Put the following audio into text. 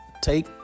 Take